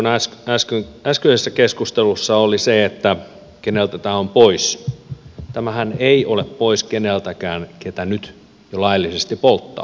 niin kuin äskeisessä keskustelussa oli se että keneltä tämä on pois niin tämähän ei ole pois keneltäkään joka nyt laillisesti polttaa